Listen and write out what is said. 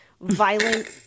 violent